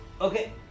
okay